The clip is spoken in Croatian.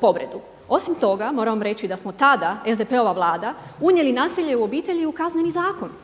povredu. Osim toga moramo vam reći da smo tada, SDP-ova vlada, unijeli nasilje u obitelji u Kazneni zakon.